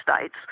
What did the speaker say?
states